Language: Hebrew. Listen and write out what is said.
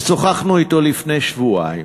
ושוחחנו אתו לפני שבועיים,